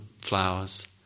flowers